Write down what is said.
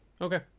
Okay